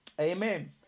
Amen